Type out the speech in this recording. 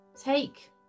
take